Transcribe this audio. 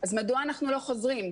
אז מדוע אנחנו לא חוזרים?